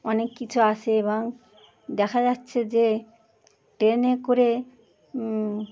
অনেক কিছু আছে এবং দেখা যাচ্ছে যে ট্রেনে করে